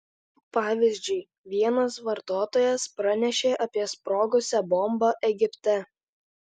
pavyzdžiui vienas vartotojas pranešė apie sprogusią bombą egipte